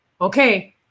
okay